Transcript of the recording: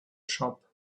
shop